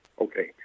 Okay